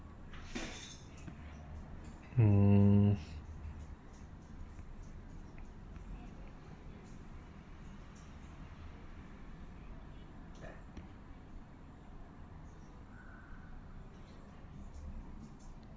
mm